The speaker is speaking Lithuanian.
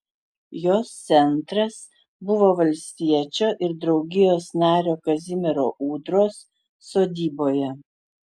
jos centras buvo valstiečio ir draugijos nario kazimiero ūdros sodyboje